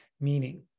meaning